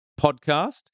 podcast